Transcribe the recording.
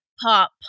pop